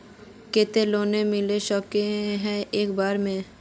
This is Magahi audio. केते लोन मिलबे सके है एक बार में?